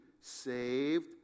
saved